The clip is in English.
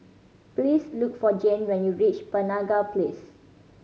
please look for Jane when you reach Penaga Place